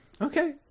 Okay